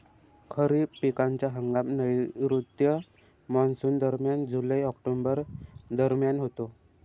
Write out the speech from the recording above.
खरीप पिकांचा हंगाम नैऋत्य मॉन्सूनदरम्यान जुलै ऑक्टोबर दरम्यान होतो